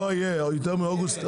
לא יהיה יותר מאוגוסט,